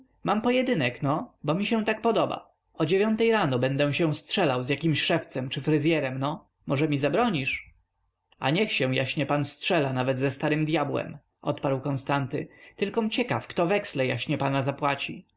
mam pojedynek no bo mi się tak podoba o dziewiątej rano będę się strzelał z jakimś szewcem czy fryzyerem no może mi zabronisz a niech się jaśnie pan strzela nawet ze starym dyabłem odparł konstanty tylkom ciekawy kto weksle jaśnie pana zapłaci